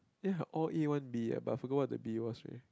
ya all A one B eh but I forgot what the B was